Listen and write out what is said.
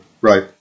Right